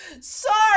Sorry